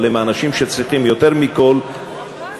אבל הם האנשים שצריכים יותר מכול פתרון,